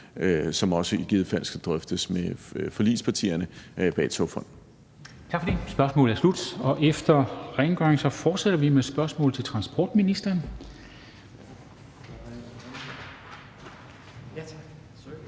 som også i givet fald skal drøftes med forligspartierne bag Togfonden